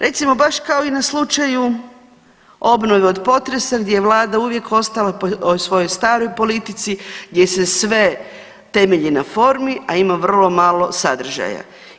Recimo baš kao i na slučaju obnove od potresa gdje je Vlada uvijek ostala o svojoj staroj politici gdje se sve temelji na formi, a ima vrlo malo sadržaja.